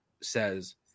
says